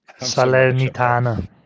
Salernitana